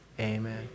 Amen